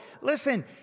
Listen